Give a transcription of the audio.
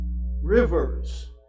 rivers